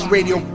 Radio